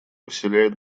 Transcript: вселяет